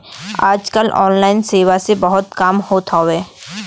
आज कल ऑनलाइन सेवा से बहुत काम होत हौ